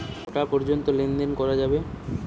কটা পর্যন্ত লেন দেন করা যাবে?